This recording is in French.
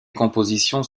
compositions